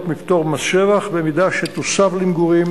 מהפטור ממס שבח במידה שתוסב למגורים